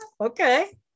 okay